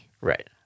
Right